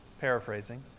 paraphrasing